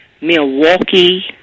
Milwaukee